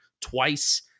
twice